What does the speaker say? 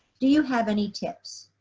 do you have any tips?